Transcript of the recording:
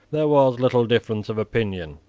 there was little difference of opinion.